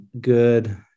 good